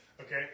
Okay